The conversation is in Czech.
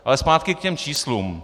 Ale zpátky k těm číslům.